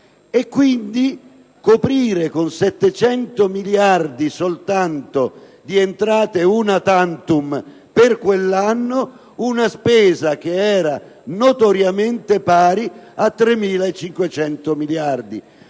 quindi con 700 miliardi soltanto di entrate *una tantum* per quell'anno una spesa notoriamente pari a 3.500 miliardi.